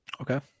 Okay